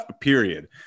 Period